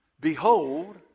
behold